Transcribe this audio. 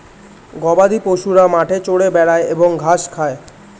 গবাদিপশুরা মাঠে চরে বেড়ায় এবং ঘাস খায়